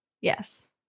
Yes